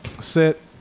sit